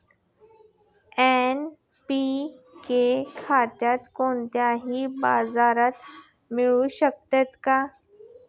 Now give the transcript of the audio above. NPK खत कोणत्याही बाजारात मिळू शकते का?